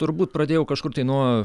turbūt pradėjau kažkur tai nuo